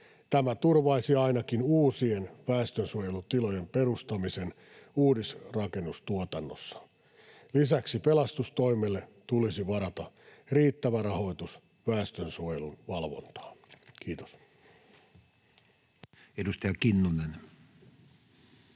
Tämä turvaisi ainakin uusien väestönsuojelutilojen perustamisen uudisrakennustuotannossa. Lisäksi pelastustoimelle tulisi varata riittävä rahoitus väestönsuojelun valvontaan. — Kiitos. [Speech